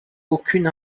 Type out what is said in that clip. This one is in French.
aucune